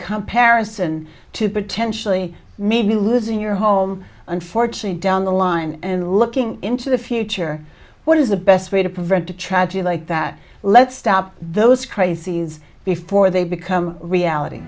and to potentially may be losing your home unfortunately down the line and looking into the future what is the best way to prevent a tragedy like that let's stop those crises before they become reality